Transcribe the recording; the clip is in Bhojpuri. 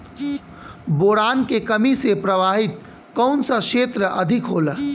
बोरान के कमी से प्रभावित कौन सा क्षेत्र अधिक होला?